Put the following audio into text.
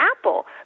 apple